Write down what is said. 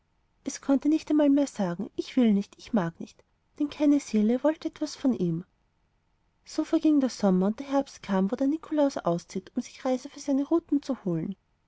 es konnte nicht einmal mehr sagen ich will nicht ich mag nicht denn keine seele wollte etwas von ihm so verging der sommer und der herbst kam wo der nikolaus auszieht um sich reiser für seine ruten zu holen